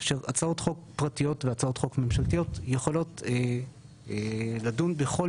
כאשר הצעות חוק פרטיות והצעות חוק ממשלתיות יכולות לדון בכל